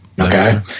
Okay